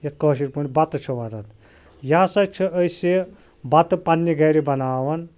یتھ کٲشِر پٲٹھۍ بَتہٕ چھِ ونان یہِ ہَسا چھِ أسۍ بَتہٕ پنٛنہِ گَرٕ بناوان